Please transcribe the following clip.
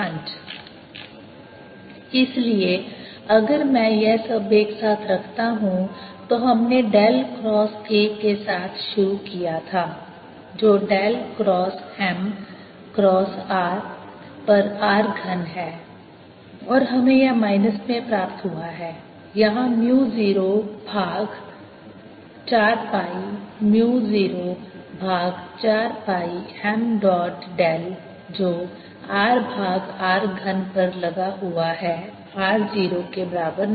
mrr3mr3 3mrrr5 इसलिए अगर मैं यह सब एक साथ रखता हूं तो हमने डेल क्रॉस A के साथ शुरू किया था जो del cross m cross r पर r घन है और हमें यह माइनस में प्राप्त हुआ है यहां म्यू 0 भाग 4 पाई म्यू 0 भाग 4 पाई m डॉट डेल जो r भाग R घन पर लगा हुआ है r 0 के बराबर नहीं